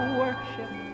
worship